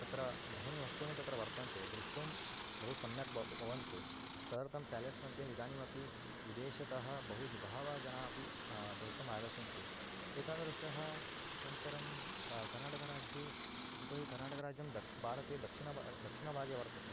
तत्र बहूनि वस्तूनि तत्र वर्तन्ते द्रष्टुं बहु सम्यक् भवति भवन्ति तदर्थं प्यालेस् मध्ये इदानीमपि विदेशतः बहुजनाः बहवः जनाः अपि द्रष्टुम् आगच्छन्ति एतादृशः अनन्तरं कः कर्नाटकराज्ये यतो हि कर्नाटकराज्यं दक्षिणभारते दक्षिणभागे दक्षिणभागे वर्तते